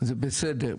זה בסדר.